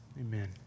amen